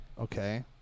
okay